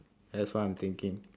that's what i'm thinking